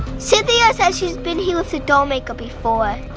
cynthia says she's been here with the doll maker before.